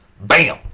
Bam